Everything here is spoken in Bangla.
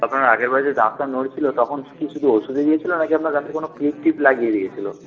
আপনার আগের বারে যে দাঁতটা নড়ছিল তখন কি শুধু ওষুধই দিয়েছিল না কি আপনার দাঁতে কোনো ক্লিপ টিপ লাগিয়ে দিয়েছিল